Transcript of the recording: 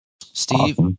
Steve